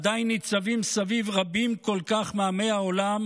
עדיין ניצבים סביב רבים כל כך מעמי העולם